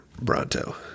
Bronto